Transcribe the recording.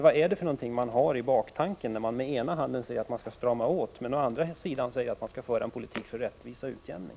Vad är det man har i tankarna, när man å ena sidan säger att man skall strama åt och å andra sidan säger att man skall föra en politik för rättvisa och utjämning?